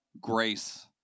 grace